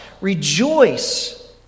rejoice